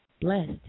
blessed